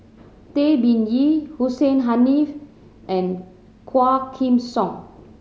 Tay Bin Wee Hussein Haniff and Quah Kim Song